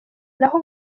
naho